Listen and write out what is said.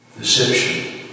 Deception